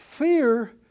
Fear